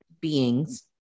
beings